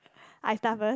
I start first